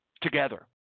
Together